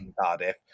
Cardiff